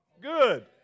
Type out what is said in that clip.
good